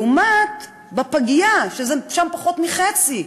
לעומת הפגייה, ששם זה פחות מחצי.